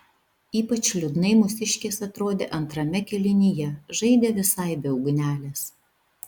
ypač liūdnai mūsiškės atrodė antrame kėlinyje žaidė visai be ugnelės